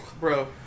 Bro